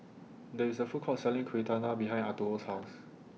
There IS A Food Court Selling Kueh Dadar behind Arturo's House